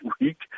week